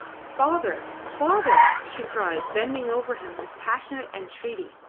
father! father! she cried, bending over him with passionate entreaty.